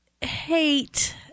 hate